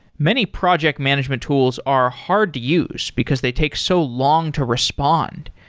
many project management tools are hard to use because they take so long to respond,